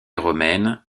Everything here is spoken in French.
romaine